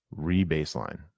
rebaseline